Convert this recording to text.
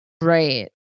Right